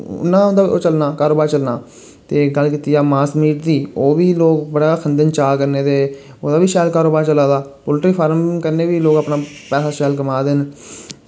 उन्ना उंदा ओह् चलना कारोबार चलना ते गल्ल कीती जा मास मीट दी ओह् बी लोक बड़ा खंदे न चा कन्नै ते ओह्दा बी शैल कारोबार चला दा पोल्ट्री फार्म कन्नै बी लोक अपना पैसा शैल कमा दे न